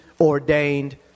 ordained